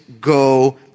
go